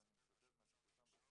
ואני מצטט ממה שפורסם בתקשורת,